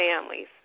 families